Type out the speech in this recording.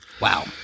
Wow